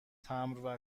تمبر